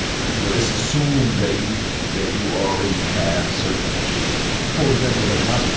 you know, it's assumed that you, that you already have certain shit for, for example, it's like my,